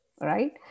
Right